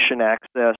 access